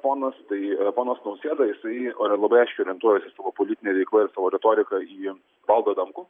ponas tai ponas nausėda jisai ori labai aiškiai orientuojasi savo politine veikla ir savo retorika į valdą adamkų